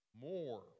more